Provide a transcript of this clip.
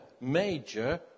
major